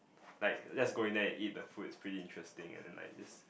like let's going there and eat the food is pretty interesting and like it's